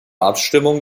abstimmung